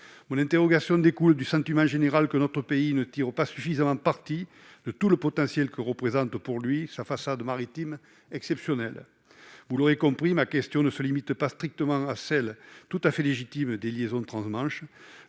Mon interrogation découle du sentiment général que notre pays ne tire pas suffisamment parti du potentiel que représente sa façade maritime exceptionnelle. Vous l'aurez compris, ma question ne se limite pas strictement à celle, tout à fait légitime, des liaisons trans-Manche.